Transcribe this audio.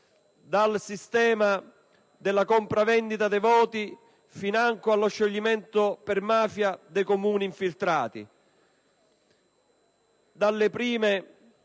dal sistema della compravendita dei voti financo allo scioglimento per mafia dei comuni infiltrati.